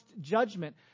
judgment